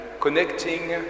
connecting